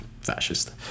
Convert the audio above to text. fascist